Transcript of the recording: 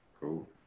Cool